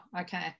okay